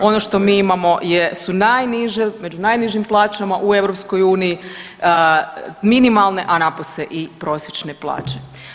Ono što mi imamo su najniže, među najnižim plaćama u EU minimalne a napose i prosječne plaće.